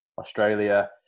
Australia